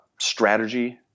strategy